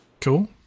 Cool